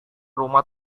rumah